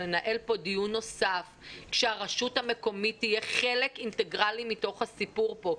לנהל פה דיון נוסף כשהרשות המקומית תהיה חלק אינטגרלי מתוך הסיפור פה,